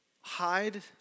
hide